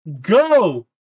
Go